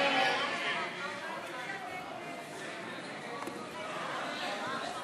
ההצעה